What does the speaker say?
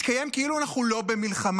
מתקיימים כאילו אנחנו לא במלחמה,